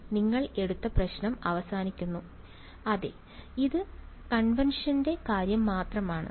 വിദ്യാർത്ഥി നിങ്ങൾ എടുത്ത പ്രശ്നം അവസാനിക്കുന്നു അതെ അതെ ഇത് കൺവെൻഷന്റെ കാര്യം മാത്രമാണ്